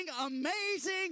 amazing